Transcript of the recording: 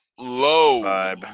Low